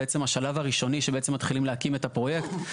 בעצם השלב הראשוני שבעצם מתחילים להקים את הפרויקט.